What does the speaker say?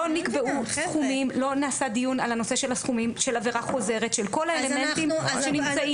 לא נעשה דיון על הסכומים של עבירה חוזרת ושל כל האלמנטים שנמצאים.